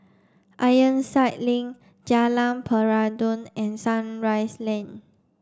Ironside Link Jalan Peradun and Sunrise Lane